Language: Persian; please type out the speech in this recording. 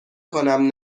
کنم